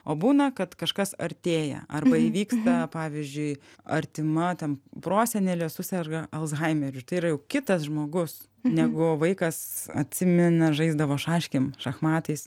o būna kad kažkas artėja arba įvyksta pavyzdžiui artima ten prosenelė suserga alzhaimeriu tai yra jau kitas žmogus negu vaikas atsimena žaisdavo šaškėm šachmatais